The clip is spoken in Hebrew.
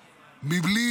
בלי,